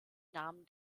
nahmen